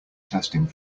testing